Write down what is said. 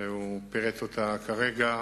והוא פירט אותה כרגע,